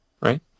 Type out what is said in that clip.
right